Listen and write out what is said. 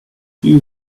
she